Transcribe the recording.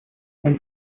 elle